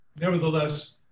Nevertheless